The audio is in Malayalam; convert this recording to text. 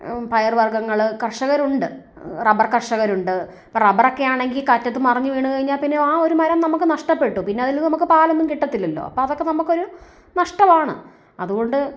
പയറുവർഗങ്ങൾ കർഷകരുണ്ട് റബ്ബർ കർഷകരുണ്ട് റബ്ബറൊക്കെയാണെങ്കിൽ കാറ്റത്ത് മറിഞ്ഞ് വീണു കഴിഞ്ഞാൽ പിന്നെ ആ ഒരു മരം നമുക്ക് നഷ്ടപ്പെട്ടു പിന്നെ അതിൽ നിന്ന് നമുക്ക് പാലൊന്നും കിട്ടത്തില്ലല്ലോ അപ്പോൾ അതൊക്കെ നമുക്കൊരു നഷ്ടമാണ് അതുകൊണ്ട്